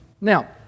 Now